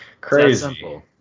Crazy